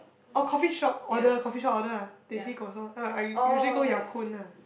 oh coffee shop order coffee shop order ah teh C kosong uh but I usually go Ya-Kun lah